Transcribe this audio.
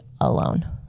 alone